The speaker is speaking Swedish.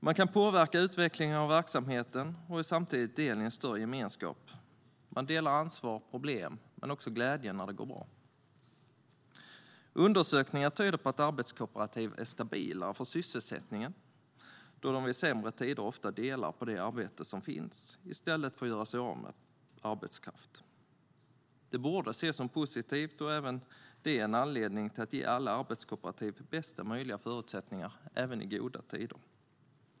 Man kan påverka utvecklingen av verksamheten och samtidigt vara en del i en större gemenskap. Man delar ansvar och problem men också glädjen när det går bra. Undersökningar tyder på att arbetskooperativ är stabilare för sysselsättningen, då de i sämre tider ofta delar på det arbete som finns i stället för att göra sig av med arbetskraft. Detta borde ses som positivt och är också en anledning att ge alla arbetskooperativ bästa möjliga förutsättningar, även i goda tider.